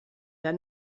der